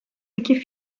iki